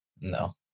No